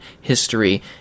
history